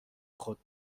خود